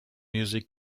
music